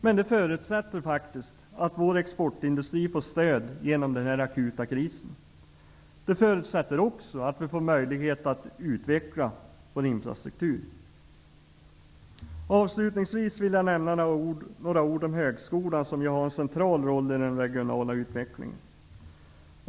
Men det förutsätter att vår exportindustri får stöd genom den akuta krisen. Det förutsätter också att vi får en möjlighet att utveckla vår infrastruktur. Avslutningsvis vill jag nämna några ord om högskolan, som ju har en central roll i den regionala utvecklingen.